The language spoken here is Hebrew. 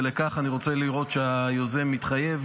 ולכך אני רוצה לראות שהיוזם מתחייב.